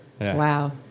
wow